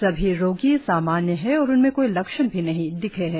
सभी रोगी सामान्य है और उनमें कोई लक्षण भी नही दिखे है